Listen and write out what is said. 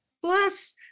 Plus